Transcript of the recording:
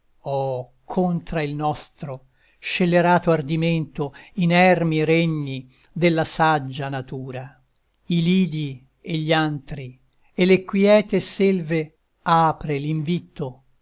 oh contra il nostro scellerato ardimento inermi regni della saggia natura i lidi e gli antri e le quiete selve apre